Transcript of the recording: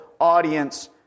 audience